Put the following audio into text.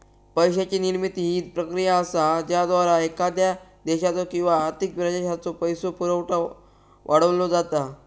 पैशाची निर्मिती ही प्रक्रिया असा ज्याद्वारा एखाद्या देशाचो किंवा आर्थिक प्रदेशाचो पैसो पुरवठा वाढवलो जाता